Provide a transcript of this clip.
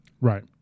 Right